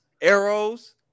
arrows